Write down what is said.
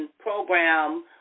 program